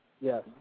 Yes